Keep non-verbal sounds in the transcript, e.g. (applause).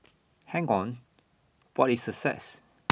hang on what is success (noise)